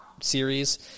series